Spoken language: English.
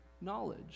knowledge